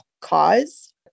cause